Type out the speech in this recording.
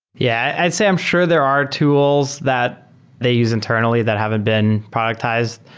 yeah. i'd say i'm sure there are tools that they use internally that haven't been productized.